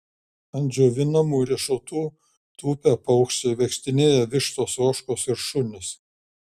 ant džiovinamų riešutų tupia paukščiai vaikštinėja vištos ožkos ir šunys